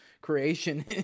creation